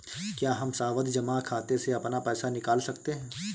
क्या हम सावधि जमा खाते से अपना पैसा निकाल सकते हैं?